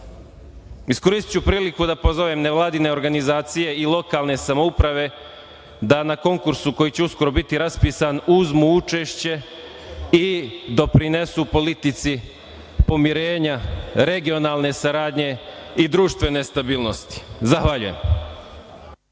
Srbiji. Iskoristiću priliku da pozovem nevladine organizacije i lokalne samouprave da na konkursu koji će uskoro biti raspisan uzmu učešće i doprinesu politici pomirenja, regionalne saradnje i društvene stabilnosti. Zahvaljujem.